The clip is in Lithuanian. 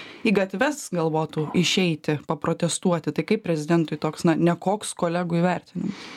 į gatves galvotų išeiti paprotestuoti tai kaip prezidentui toks na nekoks kolegų įvertinimas